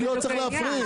אני לא צריך להפריד.